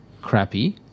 crappy